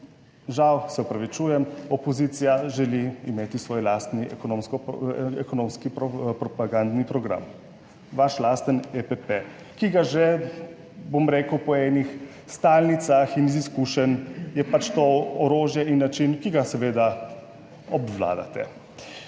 žal, se opravičujem opozicija želi imeti svoj lastni ekonomski propagandni program, vaš lasten EPP, ki ga že, bom rekel, po enih stalnicah in iz izkušenj je pač to orožje in način, ki ga seveda obvladate.